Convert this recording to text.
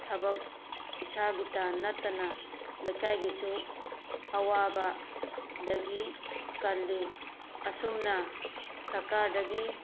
ꯊꯕꯛ ꯏꯁꯥꯒꯤꯇ ꯅꯠꯇꯅ ꯂꯩꯀꯥꯏꯒꯤꯁꯨ ꯑꯋꯥꯕꯗꯒꯤ ꯀꯜꯂꯤ ꯑꯁꯨꯝꯅ ꯁꯔꯀꯥꯔꯗꯒꯤ